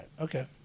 Okay